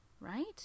right